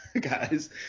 guys